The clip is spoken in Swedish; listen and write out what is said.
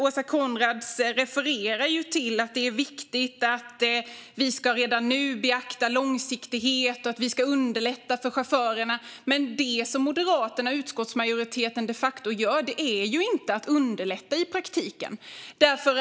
Åsa Coenraads refererar till att det är viktigt att vi redan nu ska beakta långsiktighet och underlätta för chaufförerna. Men det som Moderaterna och utskottsmajoriteten de facto gör är ju inte att underlätta i praktiken.